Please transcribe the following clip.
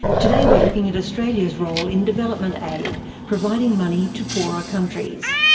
today we're looking at australia's role in development aid, providing money to poorer countries.